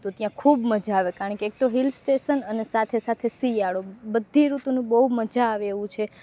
તો ત્યાં ખૂબ મજા આવે કારણ કે એક તો હિલ સ્ટેસન અને સાથે સાથે શિયાળો બધી ઋતુનું બહું મજા આવે એવું છે